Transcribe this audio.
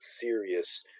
serious